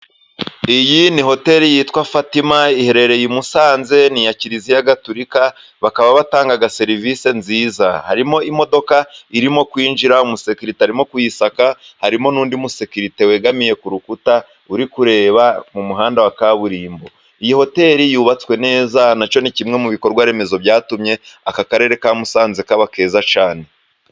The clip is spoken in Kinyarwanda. Iyi ni hoteli yitwa Fatima, iherereye i Musanze, ni iya Kiliziya Gatolika, bakaba batanga serivisi nziza. Harimo imodoka irimo kwinjira, umusekirite arimo kuyisaka, harimo n'undi mu sekirite wegamiye ku rukuta, uri kureba mu muhanda wa kaburimbo. Iyi hoteli yubatswe neza, nacyo ni kimwe mu bikorwa remezo byatumye aka Karere ka Musanze kaba keza cyane.